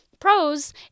pros